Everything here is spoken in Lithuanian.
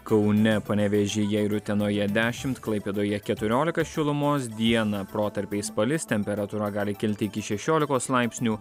kaune panevėžyje ir utenoje dešimt klaipėdoje keturiolika šilumos dieną protarpiais palis temperatūra gali kilti iki šešiolikos laipsnių